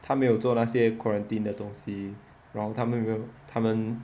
他没有做那些 quarantine 的东西然后他们没有他们